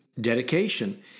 dedication